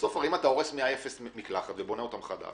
בסוף אם אתה הורס מקלחת ובונה אותה מחדש,